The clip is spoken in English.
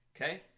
Okay